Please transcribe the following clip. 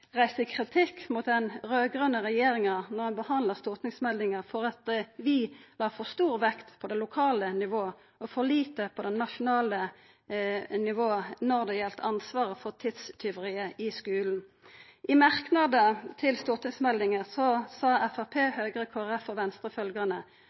kritikk mot den raud-grøne regjeringa då ein behandla stortingsmeldinga, for at vi la for stor vekt på det lokale nivå og for lite på det nasjonale nivå når det gjaldt ansvaret for tidstjuveriet i skulen. I ein merknad til stortingsmeldinga sa